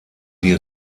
die